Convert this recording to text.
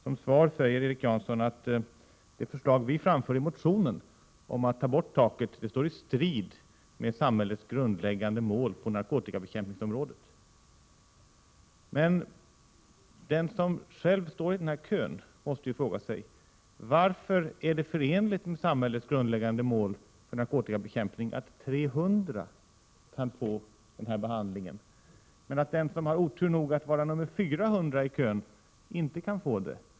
Som svar säger Erik Janson att det förslag vi framför i motionen om att ta bort taket står i strid med samhällets grundläggande mål på narkotikabekämpningsområdet. Den som själv står i denna kö måste fråga sig: Varför är det förenligt med samhällets grundläggande mål för narkotikabekämpningen att 300 kan få denna behandling men att den som har otur nog att vara nr 400i kön inte kan få den?